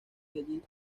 allí